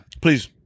please